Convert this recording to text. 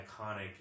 iconic